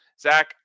Zach